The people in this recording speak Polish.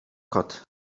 kot